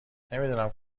نمیدونم